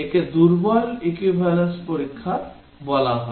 একে দুর্বল equivalence পরীক্ষা বলা হয়